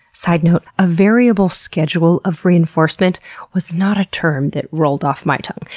sidenote a variable schedule of reinforcement was not a term that rolled off my tongue,